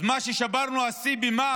אז את השיא ששברנו במאי,